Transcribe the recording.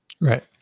Right